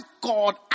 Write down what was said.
God